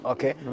Okay